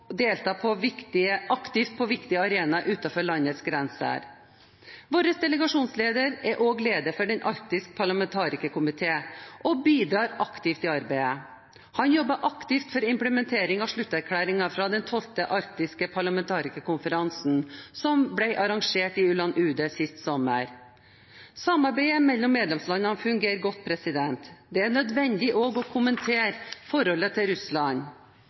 aktivt på viktige arenaer utenfor landets grenser. Vår delegasjonsleder er også leder for Den arktiske parlamentarikerkomiteen og bidrar aktivt i arbeidet. Han jobber aktivt for implementering av slutterklæringen fra den 12. arktiske parlamentarikerkonferansen, som ble arrangert i Ulan-Ude sist sommer. Samarbeidet mellom medlemslandene fungerer godt. Det er nødvendig også å kommentere forholdet til Russland.